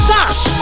Sash